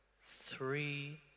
three